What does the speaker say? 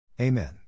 Amen